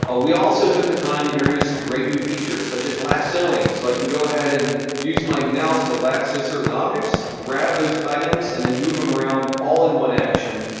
ah we also took the time to introduce great new features such as lassoing. so i can go ahead and use my mouse to lasso certain objects, grab those items, and then move em around all in one action.